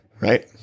Right